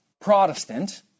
Protestant